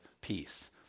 Peace